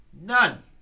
None